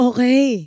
Okay